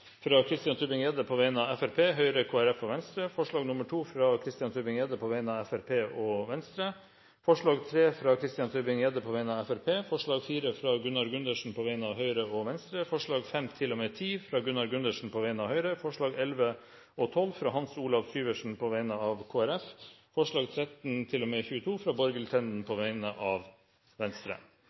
fra Christian Tybring-Gjedde på vegne av Fremskrittspartiet, Høyre, Kristelig Folkeparti og Venstre forslag nr. 2, fra Christian Tybring-Gjedde på vegne av Fremskrittspartiet og Venstre forslag nr. 3, fra Christian Tybring-Gjedde på vegne av Fremskrittspartiet forslag nr. 4, fra Gunnar Gundersen på vegne av Høyre og Venstre forslagene nr. 5–10, fra Gunnar Gundersen på vegne av Høyre forslagene nr. 11 og 12, fra Hans Olav Syversen på vegne av Kristelig Folkeparti forslagene nr. 13–22, fra Borghild Tenden på vegne av Venstre